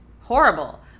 horrible